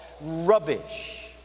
rubbish